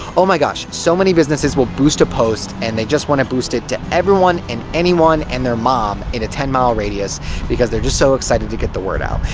oh my gosh, so many businesses will boost a post, and they just wanna boost it everyone and anyone and their mom in a ten mile radius because they're just so excited to get the word out.